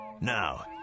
Now